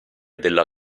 della